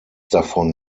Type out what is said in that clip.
davon